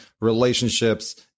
relationships